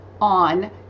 on